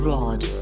Rod